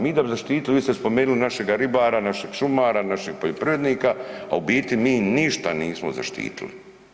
Mi da bi zaštiti vi ste spomenuli našega ribara, našeg šumara, našeg poljoprivrednika, a u biti mi ništa nismo zaštitili.